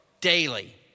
daily